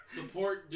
support